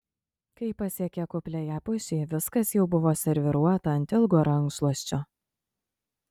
kai pasiekė kupliąją pušį viskas jau buvo serviruota ant ilgo rankšluosčio